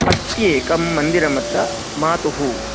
अस्ति एकं मन्दिरम् अत्र मातुः